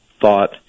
thought